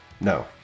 No